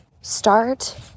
Start